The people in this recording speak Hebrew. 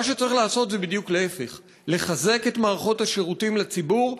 מה שצריך לעשות זה בדיוק להפך: לחזק את מערכות השירותים לציבור.